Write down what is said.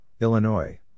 Illinois